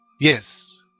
Yes